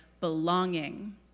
belonging